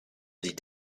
sie